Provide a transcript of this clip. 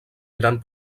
gran